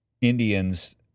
Indians